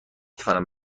توانم